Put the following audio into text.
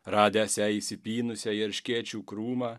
radęs ją įsipynusią į erškėčių krūmą